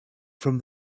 from